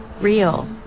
real